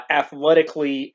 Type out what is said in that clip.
athletically